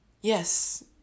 yes